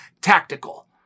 tactical